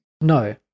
No